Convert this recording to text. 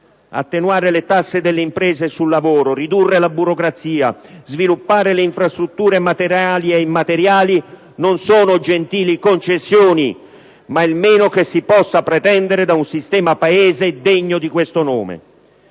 Attenuare le tasse delle imprese sul lavoro, ridurre la burocrazia, sviluppare le infrastrutture materiali e immateriali non sono gentili concessioni, ma il meno che si possa pretendere da un sistema Paese degno di questo nome.